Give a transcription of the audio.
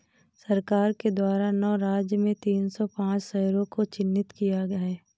सरकार के द्वारा नौ राज्य में तीन सौ पांच शहरों को चिह्नित किया है